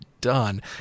done